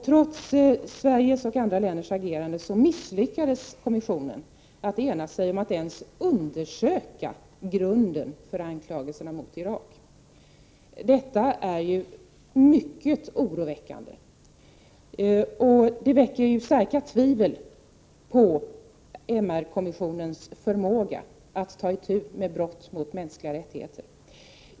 Trots Sveriges och andra länders agerande misslyckades kommissionen med att ena sig om att ens undersöka grunden för anklagelserna mot Irak. Detta är ju mycket oroväckande. Det skapar starka tvivel om MR-kommissionens förmåga att ta itu med brott mot de mänskliga rättigheterna.